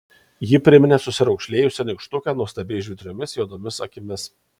ji priminė susiraukšlėjusią nykštukę nuostabiai žvitriomis juodomis akimis